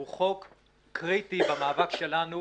היא הצעת חוק קריטית במאבק שלנו